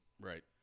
right